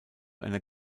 einer